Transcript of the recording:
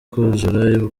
kuzura